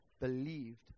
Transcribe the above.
believed